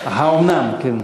הייתכן?